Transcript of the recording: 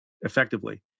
effectively